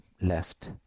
left